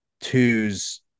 two's